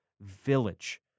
village